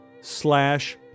slash